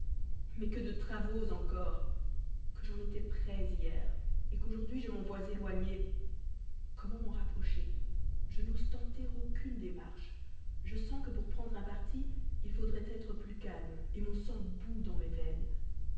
mais que de travaux encore que j'en étais près hier qu'aujourd'hui je m'en vois éloigné comment m'en rapprocher je n'ose tenter aucune démarche je sens que pour prendre un parti il faudrait être plus calme mon sang bout dans mes veines